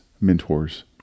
mentors